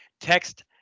text